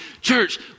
church